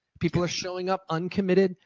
people are showing up uncommitted.